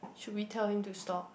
should we tell him to stop